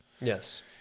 Yes